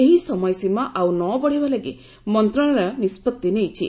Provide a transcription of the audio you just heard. ଏହି ସମୟ ସୀମା ଆଉ ନ ବଢ଼ାଇବା ଲାଗି ମନ୍ତ୍ରଣାଳୟ ନିଷ୍ପଭି ନେଇଛି